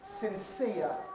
sincere